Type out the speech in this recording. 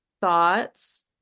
Thoughts